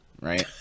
right